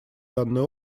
данный